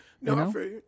no